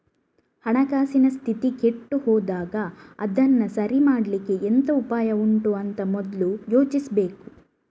ಹಣಕಾಸಿನ ಸ್ಥಿತಿ ಕೆಟ್ಟು ಹೋದಾಗ ಅದನ್ನ ಸರಿ ಮಾಡ್ಲಿಕ್ಕೆ ಎಂತ ಉಪಾಯ ಉಂಟು ಅಂತ ಮೊದ್ಲು ಯೋಚಿಸ್ಬೇಕು